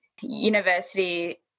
university